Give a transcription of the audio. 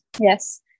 yes